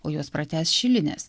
o juos pratęs šilinės